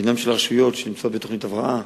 גם הרשויות שנמצאות בתוכנית הבראה